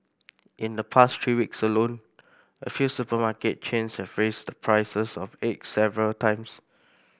in the past three weeks alone a few supermarket chains have raised the prices of eggs several times